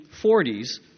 1940s